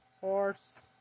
Horse